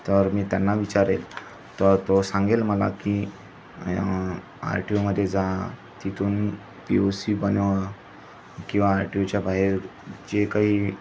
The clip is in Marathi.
तर मी त्यांना विचारेल तर तो सांगेल मला की आर टी यू मध्ये जा तितून पी यु सी बनवा किंवा आर टी यू च्या बाहेर जे काही